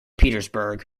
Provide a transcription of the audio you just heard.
petersburg